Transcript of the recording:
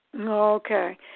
Okay